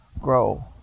grow